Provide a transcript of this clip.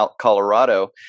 Colorado